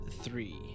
three